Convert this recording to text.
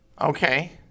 Okay